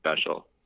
special